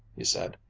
he said,